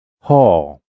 Hall